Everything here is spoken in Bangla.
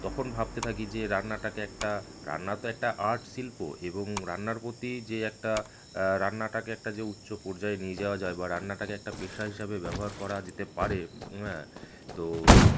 তখন ভাবতে থাকি যে রান্নাটাকে একটা রান্না তো একটা আর্ট শিল্প এবং রান্নার প্রতি যে একটা রান্নাটাকে একটা যে উচ্চ পর্যায়ে নিয়ে যাওয়া যায় বা রান্নাটাকে একটা পেশা হিসাবে ব্যবহার করা যেতে পারে তো